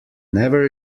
never